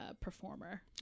performer